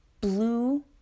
blue